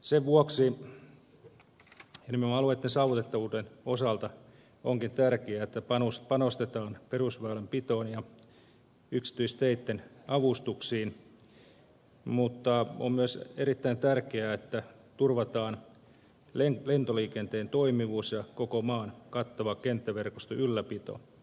sen vuoksi nimenomaan alueiden saavutettavuuden osalta onkin tärkeää että panostetaan perusväylänpitoon ja yksityisteitten avustuksiin mutta on myös erittäin tärkeää että turvataan lentoliikenteen toimivuus ja koko maan kattava kenttäverkostoylläpito